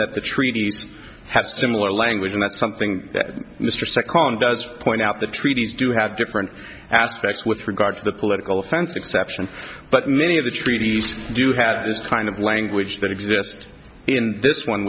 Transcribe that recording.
that the treaties have similar language and that's something that mr psychology does point out the treaties do have different aspects with regard to the political offense exception but many of the treaties do have this kind of language that exist in this one